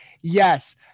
Yes